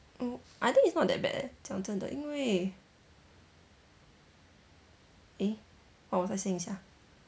err I think it's not that bad leh 讲真的因为 eh what was I saying sia